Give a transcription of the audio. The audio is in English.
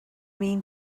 mean